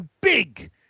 big